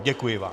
Děkuji vám.